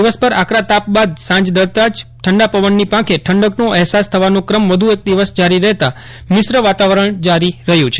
દિવસભર આકરા તાપ બાદ સાંજ ઢળતા જ ઠંડા પવનની પાંખે ઠંડક નો અહેસાસ થવાનો ક્રમ વધુ એક દિવસ જારી રહેતાં મિશ્ર વાતાવરણ જારી રહ્યું છે